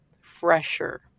fresher